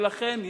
ולכן,